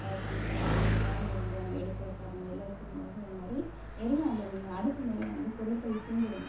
sometime வந்து குழம்பு வந்து நம்ம எடுக்கிறப்ப அது மேலே சிந்தும் ஸோ அது மாதிரி நிறையா அந்த அடுப்பு மேலே வந்து பொருட்கள் சிந்திடும்